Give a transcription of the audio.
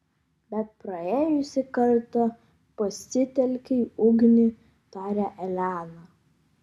bet praėjusį kartą pasitelkei ugnį tarė elena